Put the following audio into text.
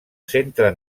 centre